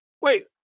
Wait